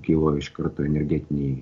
kilo iš karto energetiniai